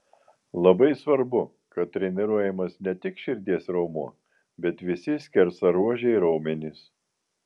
labai svarbu kad treniruojamas ne tik širdies raumuo bet visi skersaruožiai raumenys